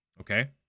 okay